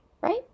right